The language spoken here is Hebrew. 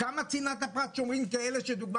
כמה צנעת הפרט שומרים אצל כאלה שלדוגמה